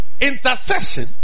Intercession